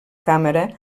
càmera